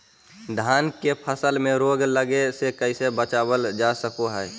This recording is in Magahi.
धान के फसल में रोग लगे से कैसे बचाबल जा सको हय?